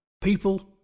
People